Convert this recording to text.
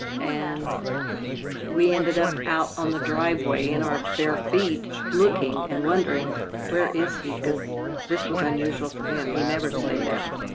and we ended up out on the driveway in our bare feet looking and wondering where is he cause this was unusual for him, he never stayed out.